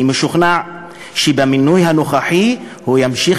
אני משוכנע שבמינוי הנוכחי הוא ימשיך